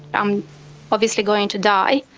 i'm obviously going to die.